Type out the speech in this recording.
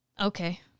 okay